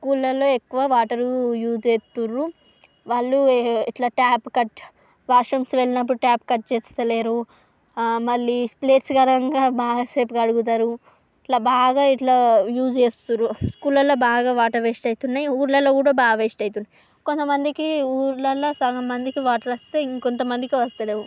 స్కూళ్ళలో ఎక్కువ water use చేస్తుండ్రు వాళ్ళు ఇట్లా ట్యాప్ కట్ వాష్ రూమ్స్ వెళ్ళినప్పుడు ట్యాప్ కట్ చేస్తాలేరు మళ్ళీ ప్లేట్స్ కడగంగా బాగా సేపు కడుగుతారు ఇట్లా బాగా ఇట్లా యూజ్ చేస్తుండ్రు స్కూళ్ళలో బాగా వాటర్ వేస్ట్ అయితున్నాయ్ ఊర్లలో కూడా బాగా వేస్ట్ అయితున్నా కొంతమందికి ఊర్లలో సగం మందికి వాటర్ వస్తే ఇంకొంతమందికి వస్తలేవు